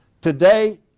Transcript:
Today